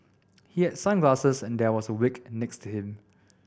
he had sunglasses and there was a wig next to him